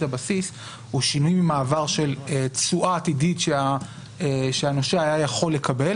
הבסיס הוא שינוי ממעבר של תשואה עתידית שהנושה היה יכול לקבל,